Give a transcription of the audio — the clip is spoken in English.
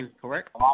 correct